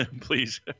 please